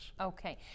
Okay